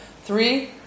three